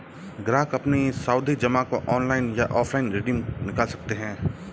ग्राहक अपनी सावधि जमा को ऑनलाइन या ऑफलाइन रिडीम निकाल सकते है